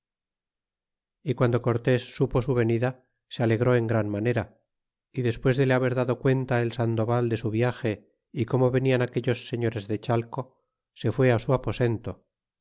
y guando cortes supo su venida se alegró en gran manera y despues de le haber dado cuenta el sandoval de su viage y como venian aquellos señores de chaleco se fué á su aposento